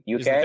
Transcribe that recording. UK